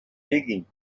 digging